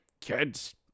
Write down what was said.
kids